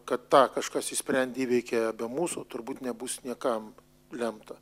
kad tą kažkas išsprendė įveikė be mūsų turbūt nebus niekam lemta